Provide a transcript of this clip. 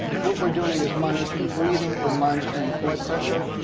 what we're doing is monitoring breathing. we're monitoring blood pressure.